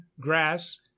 grass